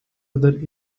other